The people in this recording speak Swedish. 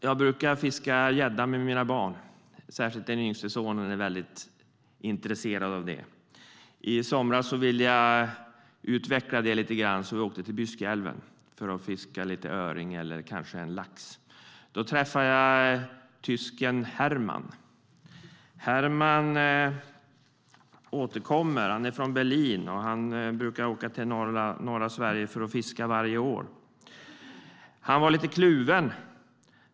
Jag brukar fiska gädda med mina barn; särskilt den yngste sonen är väldigt intresserad av det. I somras ville jag utveckla det lite grann, så vi åkte till Byskeälven för att fiska lite öring eller kanske någon lax. Där träffade jag tysken Hermann. Hermann är från Berlin och brukar varje år åka till norra Sverige för att fiska. Han var lite kluven.